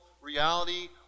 reality